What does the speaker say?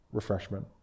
refreshment